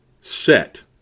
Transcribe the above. set